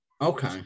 Okay